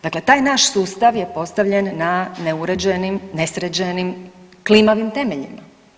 Dakle, taj naš sustav je postavljen na neuređenim, nesređenim klimavim temeljima.